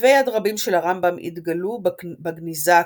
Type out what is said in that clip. כתבי יד רבים של הרמב"ם התגלו בגניזה הקהירית.